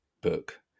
book